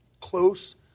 close